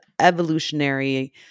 evolutionary